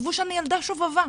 חשבו שאני ילדה שובבה.